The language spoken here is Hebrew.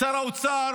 שר האוצר